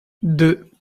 deux